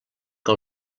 que